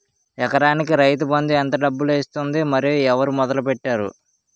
ఎకరానికి రైతు బందు ఎంత డబ్బులు ఇస్తుంది? మరియు ఎవరు మొదల పెట్టారు?